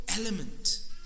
element